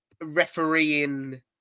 refereeing